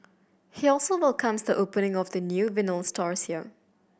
he also welcomes the opening of the new stores here